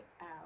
out